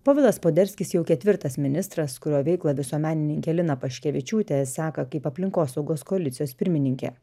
povilas poderskis jau ketvirtas ministras kurio veiklą visuomenininkė lina paškevičiūtė seka kaip aplinkosaugos koalicijos pirmininke